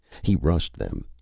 he rushed them,